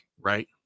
right